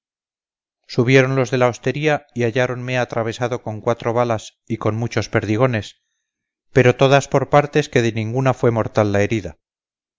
subieron los de la hostería y halláronme atravesado con cuatro balas y con muchos perdigones pero todas por partes que de ninguna fue mortal la herida